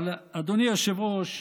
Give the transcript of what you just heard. אדוני היושב-ראש,